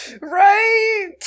Right